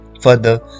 Further